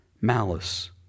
malice